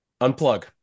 Unplug